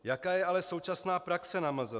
Jaká je ale současná praxe na MZV?